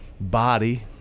body